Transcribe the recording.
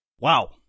wow